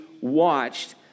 watched